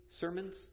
sermons